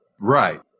Right